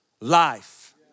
life